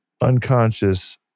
unconscious